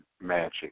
magic